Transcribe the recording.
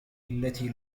التي